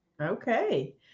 Okay